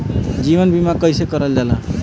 जीवन बीमा कईसे करल जाला?